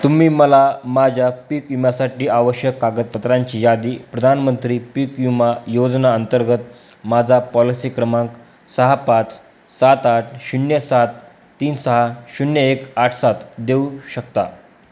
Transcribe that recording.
तुम्ही मला माझ्या पीक विम्यासाठी आवश्यक कागदपत्रांची यादी प्रधानमंत्री पीक विमा योजना अंतर्गत माझा पॉलिसी क्रमांक सहा पाच सात आठ शून्य सात तीन सहा शून्य एक आठ सात देऊ शकता